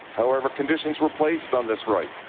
however, conditions were placed on this rice.